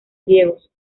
griegos